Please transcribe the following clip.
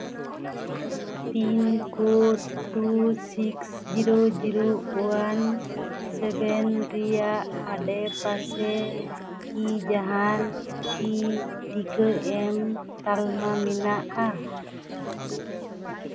pin code two six zero zero one seven ᱨᱮᱭᱟᱜ ᱟᱰᱮᱯᱟᱥᱮ ᱠᱤ ᱡᱟᱦᱟᱱ ᱠᱤ ᱴᱤᱠᱟᱹ ᱮᱢ ᱛᱟᱞᱢᱟ ᱢᱮᱱᱟᱜᱼᱟ